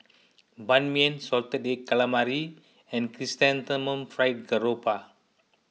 Ban Mian Salted Egg Calamari and Chrysanthemum Fried Garoupa